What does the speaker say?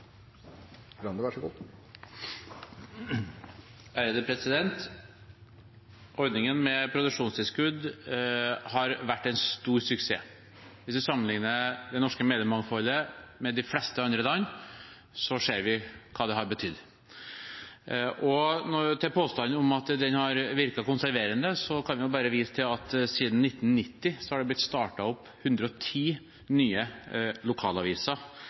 Ordningen med produksjonstilskudd har vært en stor suksess. Hvis en sammenlikner det norske mediemangfoldet med de fleste andre land, ser vi hva den har betydd. Til påstanden om at den har virket konserverende, kan jeg bare vise til at siden 1990 har det blitt startet opp 110 nye lokalaviser,